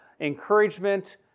encouragement